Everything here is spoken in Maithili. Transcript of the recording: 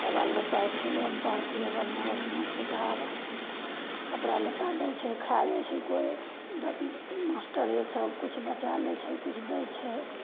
तऽ बालबच्चा इसकुलोमे पढ़तिए बढ़िआँ बढ़िआँ किताब कपड़ा लत्ता दै छै खै जाइ छै कोइ मास्टरे सबकिछु बचै लै छै किछु दै छै